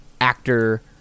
actor